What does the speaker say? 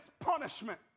punishment